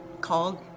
called